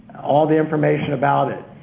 all the information about it.